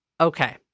okay